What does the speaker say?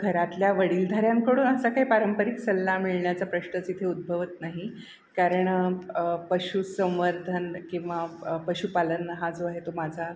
घरातल्या वडीलधाऱ्यांकडून असा काय पारंपरिक सल्ला मिळण्याचा प्रश्नच इथे उद्भवत नाही कारण पशुसंवर्धन किंवा पशुपालन हा जो आहे तो माझा